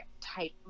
type